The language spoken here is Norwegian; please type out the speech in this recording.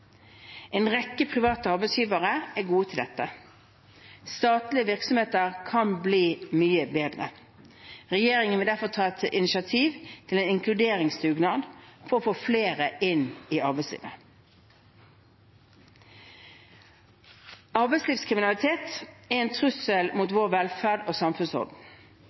En rekke private arbeidsgivere er gode til dette. Statlige virksomheter kan bli mye bedre. Regjeringen vil derfor ta initiativ til en inkluderingsdugnad for å få flere inn i arbeidslivet. Arbeidslivskriminalitet er en trussel mot vår velferd og samfunnsorden.